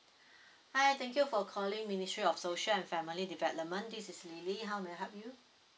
hi thank you for calling ministry of social and family development this is L I L Y how may I help you